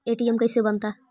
ATM कैसे बनता?